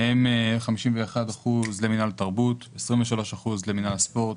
מהם 51% למינהל תרבות, 23% למינהל הספורט,